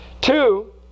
Two